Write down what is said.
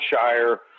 Shire